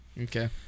okay